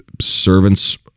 servants